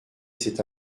cet